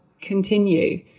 continue